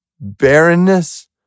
barrenness